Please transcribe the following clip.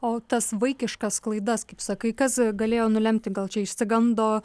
o tas vaikiškas klaidas kaip sakai kas galėjo nulemti gal čia išsigando